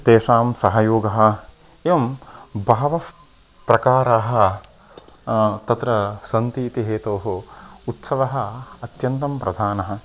तेषां सहयोगः एवं बहवः प्रकाराः तत्र सन्ति इति हेतोः उत्सवः अत्यन्तं प्रधानः